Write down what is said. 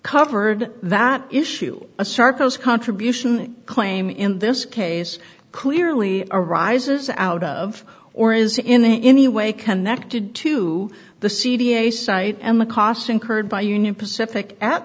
covered that issue a sharp those contributions claim in this case clearly arises out of or is in any way connected to the c d a site and the costs incurred by union pacific at